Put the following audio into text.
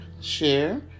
share